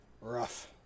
rough